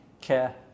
care